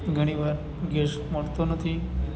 ઘણી વાર ગેસ મળતો નથી